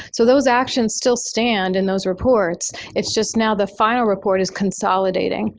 so those actions still stand in those reports. it's just now the final report is consolidating.